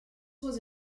was